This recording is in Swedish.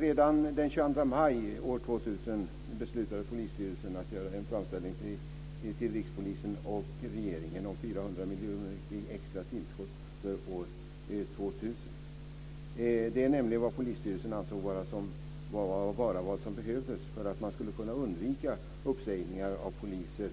Redan den 22 maj år 2000 beslutade polisstyrelsen att göra en framställning till Rikspolisstyrelsen och regeringen om 400 miljoner i extra tillskott för år 2000. Det är nämligen vad polisstyrelsen ansåg vara vad som behövdes för att man skulle kunna undvika uppsägningar av poliser.